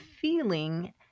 feeling